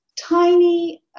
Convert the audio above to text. tiny